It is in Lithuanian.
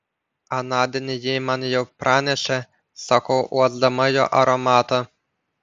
anądien ji man jau pranešė sakau uosdama jo aromatą